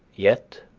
yet,